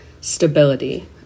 stability